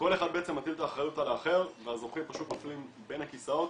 כל אחד מטיל את האחריות על האחר והזוכים פשוט נופלים בין הכיסאות